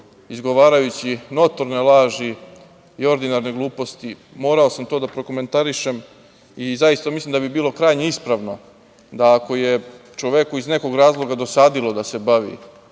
izgovarajući notorne laži i ordinarne gluposti, morao sam to da prokomentarišem, i zaista mislim da bi bilo krajnje ispravno, da ako je čoveku iz nekog razloga dosadilo da se bavi